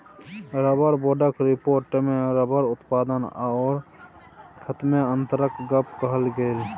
rubber बोर्डक रिपोर्टमे rubber उत्पादन आओर खपतमे अन्तरक गप कहल गेल